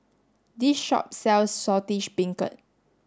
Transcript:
this shop sells Saltish Beancurd